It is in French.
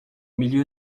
milieu